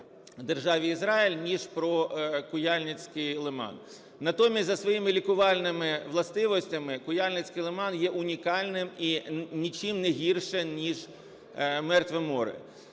Державі Ізраїль, ніж про Куяльницький лиман. Натомість за своїми лікувальними властивостями Куяльницький лиман є унікальним і нічим не гіршим, ніж Мертве море.